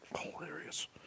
Hilarious